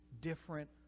different